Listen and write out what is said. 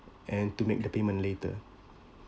and to make the payment later